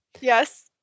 yes